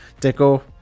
Deco